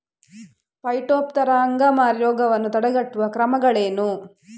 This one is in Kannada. ಪೈಟೋಪ್ತರಾ ಅಂಗಮಾರಿ ರೋಗವನ್ನು ತಡೆಗಟ್ಟುವ ಕ್ರಮಗಳೇನು?